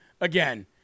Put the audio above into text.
again